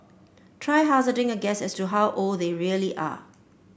try hazarding a guess as to how old they really are